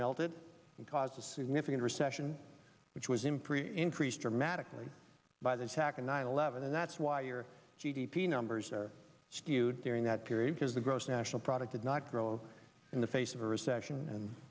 melted and caused a significant recession which was impre increased dramatically by the attack of nine eleven and that's why your g d p numbers are skewed during that period because the gross national product did not grow in the face of a recession